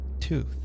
tooth